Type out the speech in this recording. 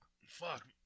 Fuck